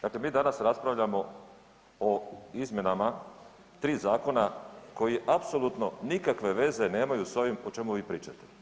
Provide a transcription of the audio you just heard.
Dakle, mi danas raspravljamo o izmjenama tri zakona koji apsolutno nikakve veze nemaju s ovim o čemu vi pričate.